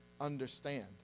understand